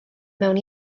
mewn